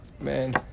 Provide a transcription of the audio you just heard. man